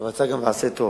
רצה, גם נעשה טוב.